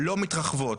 לא מתרחבות.